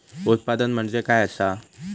उत्पादन म्हणजे काय असा?